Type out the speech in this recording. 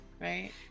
right